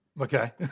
Okay